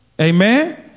Amen